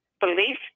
belief